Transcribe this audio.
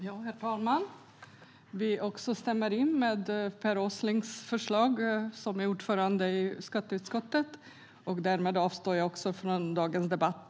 Herr talman! Vi instämmer i förslaget från Per Åsling, som är ordförande i skatteutskottet. Därmed avstår också jag från vidare debatt.